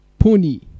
Pony